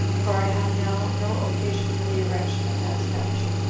for i have now no occasion for the erection of that statue.